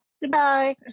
Goodbye